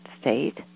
state